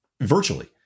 virtually